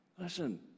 Listen